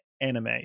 anime